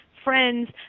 friends